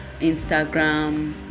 instagram